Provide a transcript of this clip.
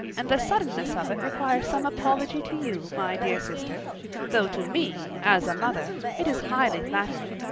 and the suddenness of it requires some apology to you, my dear sister though to me, as a mother, it is highly flattering.